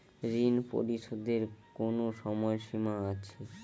ঋণ পরিশোধের কোনো সময় সীমা আছে?